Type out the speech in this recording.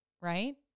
right